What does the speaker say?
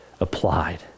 applied